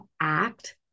act